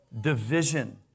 division